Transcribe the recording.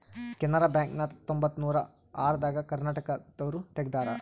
Canara bank ನ ಹತ್ತೊಂಬತ್ತನೂರ ಆರ ದಾಗ ಕರ್ನಾಟಕ ದೂರು ತೆಗ್ದಾರ